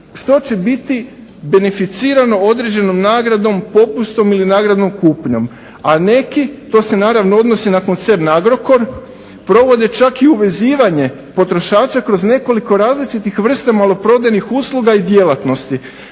što će biti benificirano određenom nagradom, popustom ili nagradnom kupnjom. A neki to se naravno odnosi na koncept na Agrokor provode čak i uvezivanje potrošača kroz nekoliko različitih vrsta maloprodajnih usluga i djelatnosti